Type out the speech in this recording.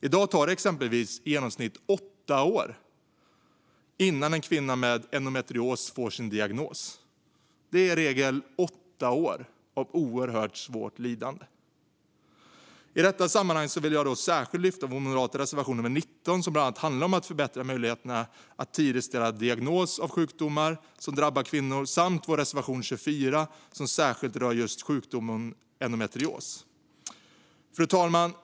I dag tar det exempelvis i genomsnitt åtta år innan en kvinna med endometrios får sin diagnos. Det är i regel åtta år av oerhört svårt lidande. I detta sammanhang vill jag särskilt lyfta fram vår moderata reservation nummer 19, som bland annat handlar om att förbättra möjligheterna att tidigt ställa diagnos av sjukdomar som drabbar kvinnor, samt reservation 24, som särskilt rör just sjukdomen endometrios. Fru talman!